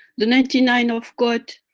the ninety nine of god,